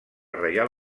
reial